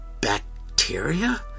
bacteria